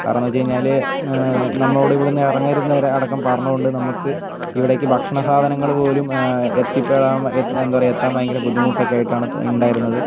കാരണം എന്ന് വെച്ചുകഴിഞ്ഞാൽ നമ്മളോട് ഇവിടുന്ന് ഇറങ്ങരുതെന്ന് വരെ അടക്കം പറഞ്ഞതുകൊണ്ട് നമുക്ക് ഇവിടേക്ക് ഭക്ഷണ സാധനങ്ങൾ പോലും എത്തിപ്പെടാൻ എന്താണ് പറയുക എത്താൻ ഭയങ്കര ബുദ്ധിമുട്ടൊക്കെയായിട്ടാണ് ഉണ്ടായിരുന്നത്